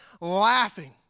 laughing